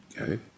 Okay